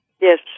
Yes